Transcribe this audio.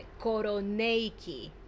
Koroneiki